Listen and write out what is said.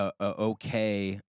okay